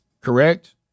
Correct